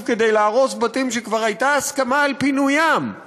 כדי להרוס בתים שכבר הייתה הסכמה על פינוים,